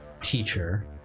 teacher